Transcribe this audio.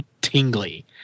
tingly